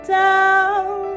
down